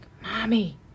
Mommy